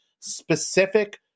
specific